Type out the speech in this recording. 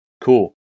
cool